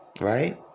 Right